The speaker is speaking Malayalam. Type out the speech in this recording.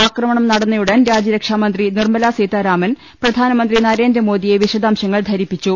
ആക്രമണം നടന്നയുടൻ രാജ്യരക്ഷാമന്ത്രി നിർമ്മലാ സീതാ രാമൻ പ്രധാനമന്ത്രി നരേന്ദ്രമോദിയെ വിശദാംശങ്ങൾ ധരിപ്പിച്ചു